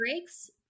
breaks